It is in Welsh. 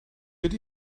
ydy